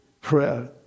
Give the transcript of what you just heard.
Prayer